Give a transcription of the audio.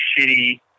shitty